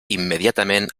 immediatament